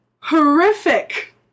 horrific